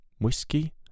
Whiskey